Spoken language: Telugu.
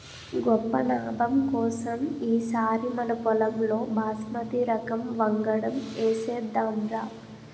గొప్ప నాబం కోసం ఈ సారి మనపొలంలో బాస్మతి రకం వంగడం ఏసేద్దాంరా